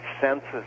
senses